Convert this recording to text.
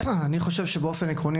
אני חושב שבאופן עקרוני,